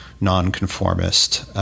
nonconformist